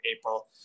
April